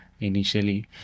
initially